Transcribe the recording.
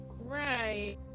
Right